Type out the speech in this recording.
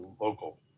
local